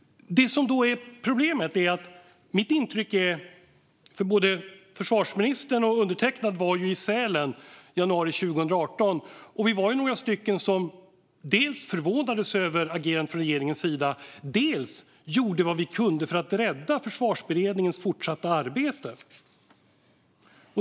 Både försvarsministern och undertecknad var ju i Sälen i januari 2018. Vi var några stycken som dels förvånades över agerandet från regeringens sida, dels gjorde vad vi kunde för att rädda Försvarsberedningens fortsatta arbete.